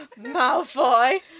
Malfoy